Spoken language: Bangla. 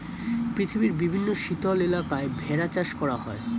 পৃথিবীর বিভিন্ন শীতল এলাকায় ভেড়া চাষ করা হয়